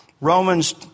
Romans